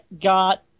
got